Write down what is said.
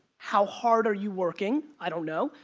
how hard are you working? i don't know.